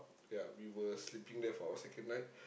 ya we were sleeping there for our second night